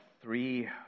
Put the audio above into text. three